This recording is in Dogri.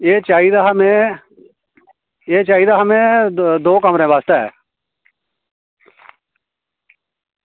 एह् चाहिदा में एह् चाहिदा हां दौ कमरे बास्तै